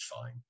fine